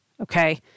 okay